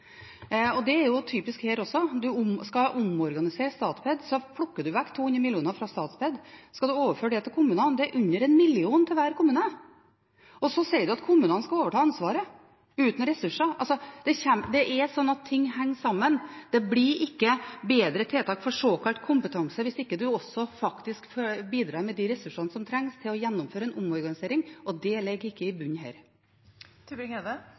Det er typisk her også; man skal omorganisere Stadped, og så plukker man vekk 200 mill. kr fra Statped. Skal man overføre det til kommunene, er det under 1 mill. kr til hver kommune. Så sier man at kommunene skal overta ansvaret, uten ressurser. Det er slik at ting henger sammen. Det blir ikke bedre tiltak for såkalt kompetanse hvis man ikke også faktisk bidrar med de ressursene som trengs for å gjennomføre en omorganisering, og det ligger ikke i